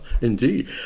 indeed